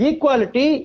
Equality